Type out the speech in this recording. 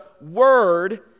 Word